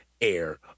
air